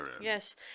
Yes